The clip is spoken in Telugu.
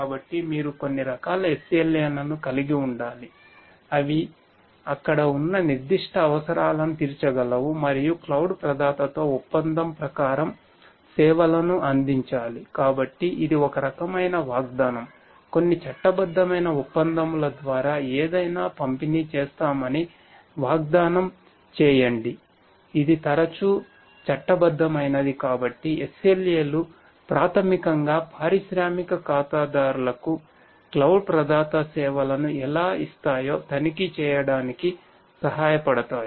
కాబట్టి మీరు కొన్ని రకాల SLA లను కలిగి ఉండాలి అవి అక్కడ ఉన్న నిర్దిష్ట అవసరాలను తీర్చగలవు మరియు క్లౌడ్ ప్రధాతసేవలనుఎలా ఇస్తాయో తనిఖీ చేయడానికి సహాయపడతాయి